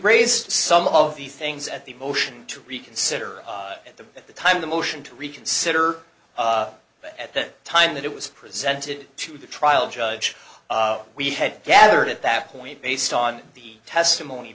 raise some of the things at the motion to reconsider at the at the time the motion to reconsider at the time that it was presented to the trial judge we had gathered at that point based on the testimony